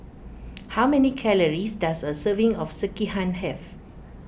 how many calories does a serving of Sekihan have